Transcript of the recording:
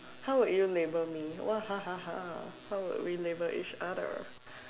how would you label me what how would we label each other